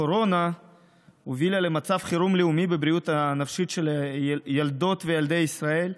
הקורונה הובילה למצב חירום לאומי בבריאות הנפשית של ילדות וילדי ישראל,